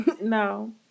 No